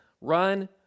run